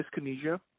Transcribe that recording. dyskinesia